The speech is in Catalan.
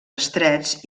estrets